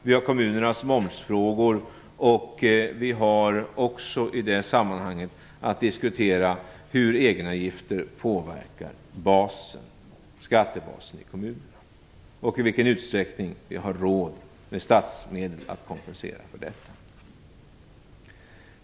Vi har kommunernas momsfrågor, och vi har också i det sammanhanget att diskutera hur egenavgifter påverkar skattebasen i kommunerna och i vilken utsträckning vi har råd att kompensera för detta med statsmedel.